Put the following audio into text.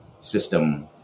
system